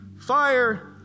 Fire